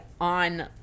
on